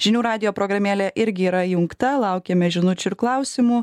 žinių radijo programėlė irgi yra įjungta laukiame žinučių ir klausimų